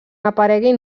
apareguin